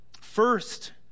First